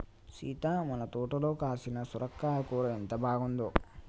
సీత మన తోటలో కాసిన సొరకాయ కూర ఎంత బాగుందో